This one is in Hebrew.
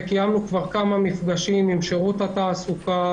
וקיימנו כבר כמה מפגשים עם שירות התעסוקה,